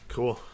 Cool